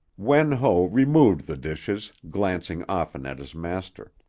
wen ho removed the dishes, glancing often at his master.